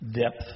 depth